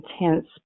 intense